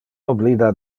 oblida